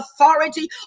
authority